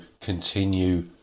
continue